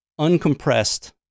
uncompressed